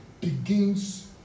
begins